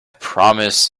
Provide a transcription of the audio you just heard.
promise